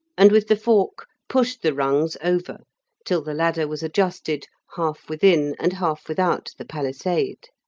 and with the fork pushed the rungs over till the ladder was adjusted, half within and half without the palisade.